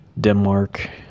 Denmark